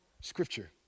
scripture